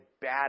bad